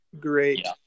Great